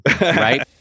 right